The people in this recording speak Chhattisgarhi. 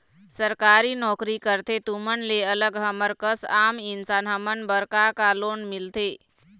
सरकारी नोकरी करथे तुमन ले अलग हमर कस आम इंसान हमन बर का का लोन मिलथे?